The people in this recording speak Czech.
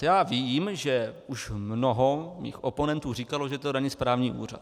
Já vím, že už mnoho mých oponentů říkalo, že to není správní úřad.